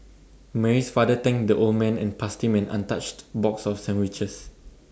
Mary's father thanked the old man and passed him an untouched box of sandwiches